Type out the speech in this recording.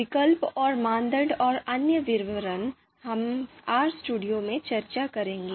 विकल्प और मापदंड और अन्य विवरण हम RStudio में चर्चा करेंगे